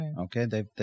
Okay